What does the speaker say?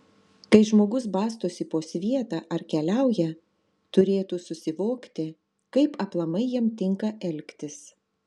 kai žmogus bastosi po svietą ar keliauja turėtų susivokti kaip aplamai jam tinka elgtis